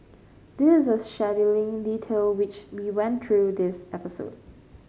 this a scheduling detail which we went through this episode